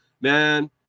man